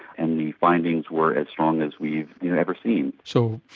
and the findings were as strong as we've you know ever seen. so,